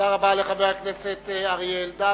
תודה רבה לחבר הכנסת אריה אלדד.